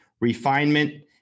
refinement